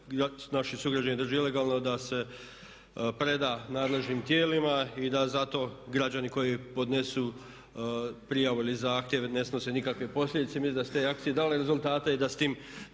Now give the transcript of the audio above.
naši sugrađani drže ilegalno da se preda nadležnim tijelima i da za to građani koji podnesu prijavu ili zahtjev ne snose nikakve posljedice. Mislim da su te akcije dale rezultate i da s tim